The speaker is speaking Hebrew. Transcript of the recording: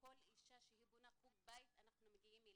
כל אישה שבונה חוג בית אנחנו מגיעים אליה,